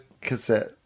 Cassette